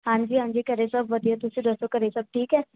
ਹਾਂਜੀ ਹਾਂਜੀ ਘਰ ਸਭ ਵਧੀਆ ਤੁਸੀਂ ਦੱਸੋ ਘਰ ਸਭ ਠੀਕ ਹੈ